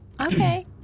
Okay